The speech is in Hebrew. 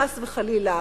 חס וחלילה,